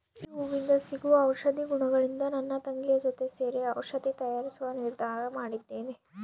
ಈ ಹೂವಿಂದ ಸಿಗುವ ಔಷಧಿ ಗುಣಗಳಿಂದ ನನ್ನ ತಂಗಿಯ ಜೊತೆ ಸೇರಿ ಔಷಧಿ ತಯಾರಿಸುವ ನಿರ್ಧಾರ ಮಾಡಿದ್ದೇನೆ